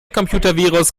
computervirus